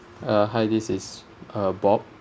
uh hi this is uh bob